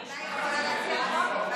אולי היא יכולה להציע טרומית,